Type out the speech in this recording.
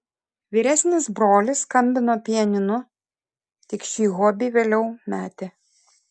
vyresnis brolis skambino pianinu tik šį hobį vėliau metė